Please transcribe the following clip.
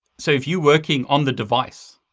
so if you're working on the device,